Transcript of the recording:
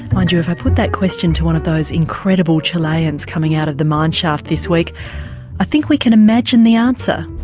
mind you, if i put that question to one of those incredible chileans coming out of the mine shaft this week i think we can imagine the answer.